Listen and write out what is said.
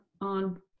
on